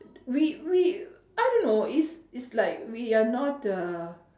we we I don't know is is like we are not uhh